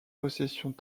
possessions